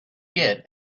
get